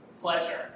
pleasure